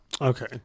Okay